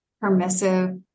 permissive